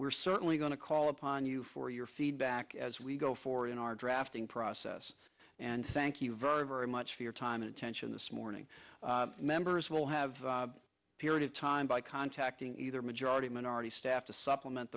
we're certainly going to call upon you for your feedback as we go forward in our drafting process and thank you very very much for your time and attention this morning members will have period of time by contacting either majority minority staff to supplement